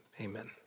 Amen